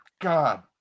god